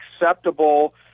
acceptable